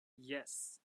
yes